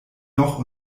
noch